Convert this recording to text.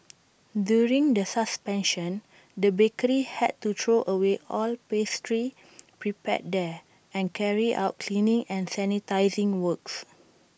during the suspension the bakery had to throw away all pastries prepared there and carry out cleaning and sanitising works